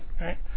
right